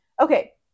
Okay